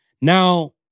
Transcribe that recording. Now